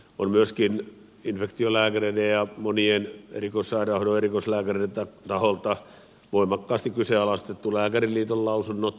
on myöskin infektiolääkäreiden ja monien erikoissairaanhoidon erikoislääkäreiden taholta voimakkaasti kyseenalaistettu lääkäriliiton lausunnot